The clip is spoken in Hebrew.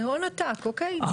זה הון עתק, אוקיי.